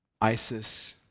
ISIS